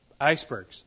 icebergs